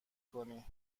کنی